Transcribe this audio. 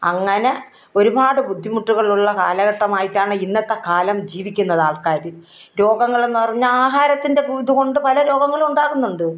അങ്ങനെ ഒരുപാട് ബുദ്ധിമുട്ടുകളുള്ള കാലഘട്ടമായിട്ടാണ് ഇന്നത്തെക്കാലം ജീവിക്കുന്നത് ആൾക്കാർ രോഗങ്ങളെന്ന് പറഞ്ഞാൽ ആഹാരത്തിന്റെ ഇതുകൊണ്ട് പല രോഗങ്ങളും ഉണ്ടാകുന്നുണ്ട്